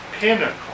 pinnacle